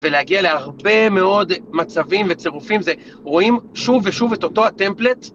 ולהגיע להרבה מאוד מצבים וצירופים זה.. רואים שוב ושוב את אותו הטמפלט.